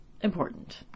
important